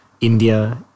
India